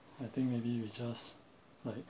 I think maybe we just like